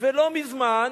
ולא מזמן